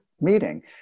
meeting